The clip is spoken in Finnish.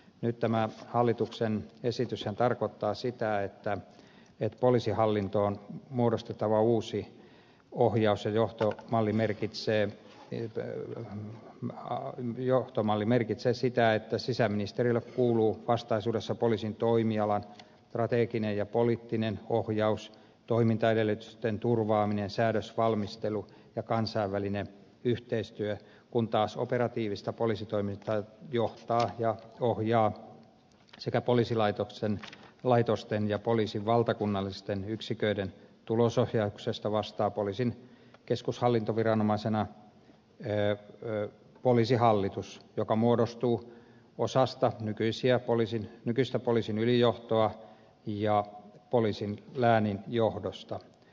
nyt tämä hallituksen esityshän tarkoittaa si tä että poliisihallintoon muodostettava uusi ohjaus ja johto malli merkitsee että ylellä mahaan ja johtomalli merkitsee sitä että sisäministeriölle kuuluu vastaisuudessa poliisin toimialan strateginen ja poliittinen ohjaus toimintaedellytysten turvaaminen säädösvalmistelu ja kansainvälinen yhteistyö kun taas operatiivista poliisitoimintaa johtaa ja ohjaa sekä poliisilaitosten ja poliisin valtakunnallisten yksiköiden tulosohjauksesta vastaa poliisin keskushallintoviranomaisena poliisihallitus joka muodostuu osasta nykyistä poliisin ylijohtoa ja poliisin läänin johdosta